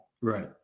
Right